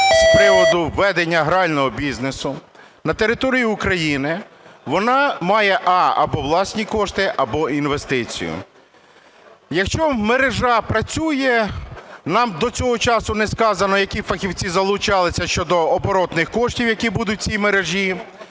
з приводу ведення грального бізнесу на території України, вона має: а) або власні кошти, або інвестицію. Якщо мережа працює, нам до цього часу не сказано, які фахівці залучалися щодо оборотних коштів, які будуть у цій мережі,